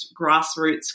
grassroots